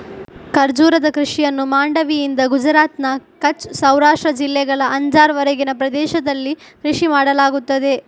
ಖರ್ಜೂರದ ಕೃಷಿಯನ್ನು ಮಾಂಡವಿಯಿಂದ ಗುಜರಾತ್ನ ಕಚ್ ಸೌರಾಷ್ಟ್ರ ಜಿಲ್ಲೆಗಳ ಅಂಜಾರ್ ವರೆಗಿನ ಪ್ರದೇಶದಲ್ಲಿ ಕೃಷಿ ಮಾಡಲಾಗುತ್ತದೆ